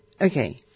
Okay